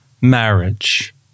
marriage